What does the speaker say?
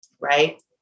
right